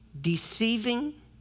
deceiving